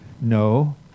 No